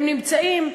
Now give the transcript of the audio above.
הם נמצאים,